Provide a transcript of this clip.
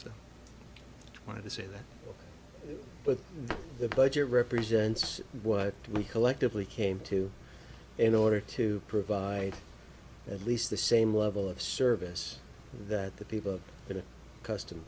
want to say that but the budget represents what we collectively came to in order to provide at least the same level of service that the people in